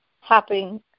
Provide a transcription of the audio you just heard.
happening